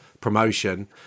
promotion